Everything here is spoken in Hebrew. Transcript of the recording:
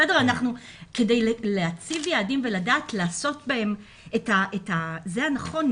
כדי להציב יעדים ולדעת לעשות בהם את הדבר הנכון,